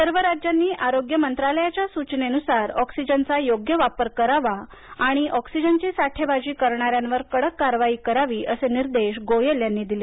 सर्व राज्यांनी आरोग्य मंत्रालयाच्या सुचनेनुसार ऑक्सिजनचा योग्य वापर करावा आणि ऑक्सिजनची साठेबाजी करणाऱ्यांवर कडक कारवाई करावी असे निर्देश गोयल यांनी दिले